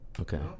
Okay